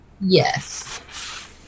Yes